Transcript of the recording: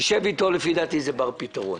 שב אתו, לפי דעתי זה בר פתרון.